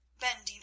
bending